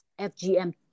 FGM